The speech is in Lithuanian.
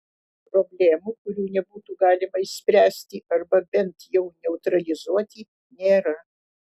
problemų kurių nebūtų galima išspręsti arba bent jau neutralizuoti nėra